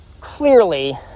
Clearly